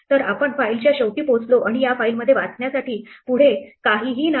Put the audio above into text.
तरआपण फाईलच्या शेवटी पोहोचलो आणि या फाईलमध्ये वाचण्यासाठी पुढे काहीही नाही